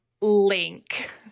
Link